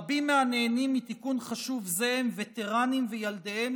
רבים מהנהנים מתיקון חשוב זה הם וטרנים וילדיהם